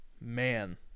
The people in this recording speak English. man